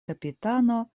kapitano